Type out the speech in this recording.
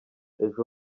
ejo